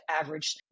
average